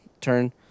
turn